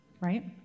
right